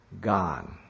God